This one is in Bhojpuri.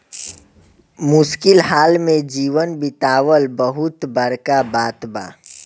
मुश्किल हाल में जीवन बीतावल बहुत बड़का बात बा